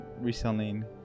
reselling